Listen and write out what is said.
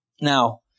Now